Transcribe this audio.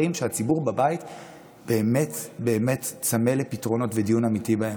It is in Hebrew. שהציבור בבית באמת-באמת צמא לפתרונות ולדיון אמיתי בהם.